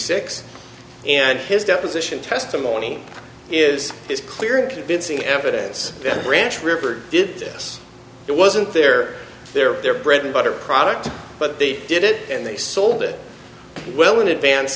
six and his deposition testimony is this clear and convincing evidence that branch river did this it wasn't their their their bread and butter product but they did it and they sold it well in advance